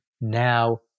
now